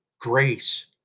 grace